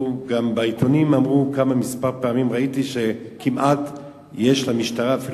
גם בעיתון נאמר כמה פעמים שלמשטרה יש,